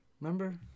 Remember